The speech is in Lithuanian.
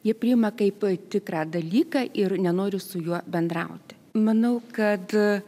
jie priima kaip tikrą dalyką ir nenoriu su juo bendrauti manau kad